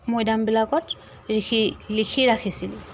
মৈদামবিলাকত লিখি লিখি ৰাখিছিল